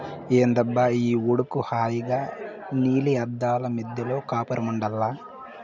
ఏందబ్బా ఈ ఉడుకు హాయిగా నీలి అద్దాల మిద్దెలో కాపురముండాల్ల